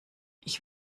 ich